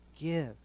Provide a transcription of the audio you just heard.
give